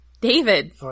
David